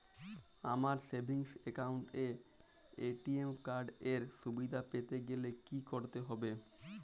আমার savings account এ ATM card এর সুবিধা পেতে গেলে কি করতে হবে?